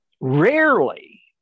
rarely